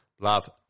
love